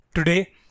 Today